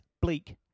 bleak